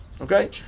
Okay